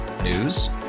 News